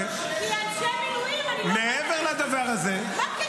כי אנשי מילואים --- מעבר לדבר הזה --- מה הקשר?